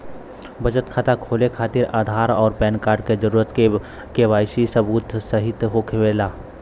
बचत खाता खोले खातिर आधार और पैनकार्ड क जरूरत के वाइ सी सबूत खातिर होवेला